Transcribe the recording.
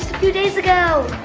few days ago.